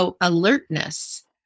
alertness